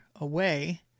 away